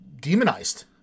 demonized